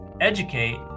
educate